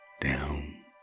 down